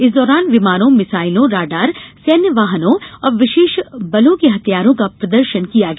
इस दौरान विमानों मिसाइलों राडार सैन्य वाहनों और विशेष बलों के हथियारों का प्रदर्शन किया गया